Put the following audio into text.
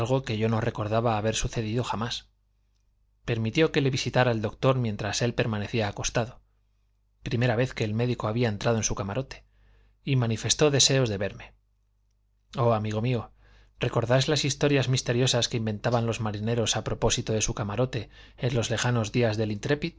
que yo no recordaba haber sucedido jamás permitió que le visitara el doctor mientras él permanecía acostado primera vez que el médico había entrado en su camarote y manifestó deseos de verme oh amigo mío recordáis las historias misteriosas que inventaban los marineros a propósito de su camarote en los lejanos días del intrepid